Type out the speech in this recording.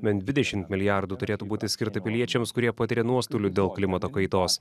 bent dvidešimt milijardų turėtų būti skirta piliečiams kurie patiria nuostolių dėl klimato kaitos